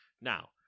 Now